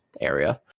area